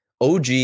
OG